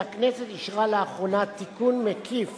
שהכנסת אישרה לאחרונה תיקון מקיף